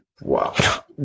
Wow